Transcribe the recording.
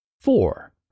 Four